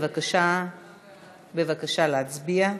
בבקשה להצביע.